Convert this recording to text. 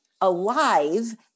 alive